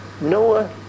Noah